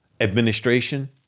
administration